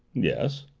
yes.